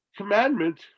commandment